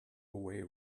away